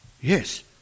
Yes